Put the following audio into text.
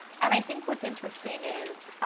and i think what's interesting is,